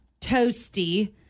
toasty